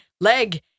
leg